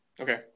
Okay